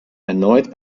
erneut